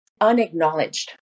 unacknowledged